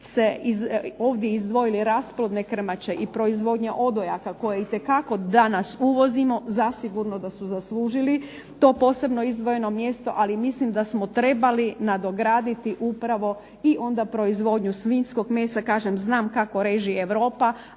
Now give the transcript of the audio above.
ovdje izdvojili rasplodne krmače. I proizvodnja odojaka koje itekako danas uvozimo zasigurno da su zaslužili to posebno izdvojeno mjesto, ali mislim da smo trebali nadograditi upravo i onda proizvodnju svinjskog mesa. Kažem, znam kako reži Europa,